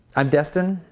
i'm destin,